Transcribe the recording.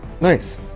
Nice